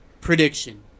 prediction